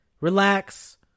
relax